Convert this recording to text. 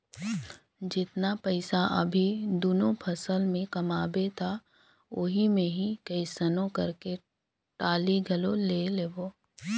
जेतना पइसा अभी दूनो फसल में कमाबे त ओही मे ही कइसनो करके टाली घलो ले लेबे